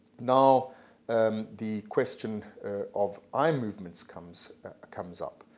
now um the question of eye movements comes comes up.